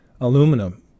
Aluminum